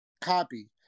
copy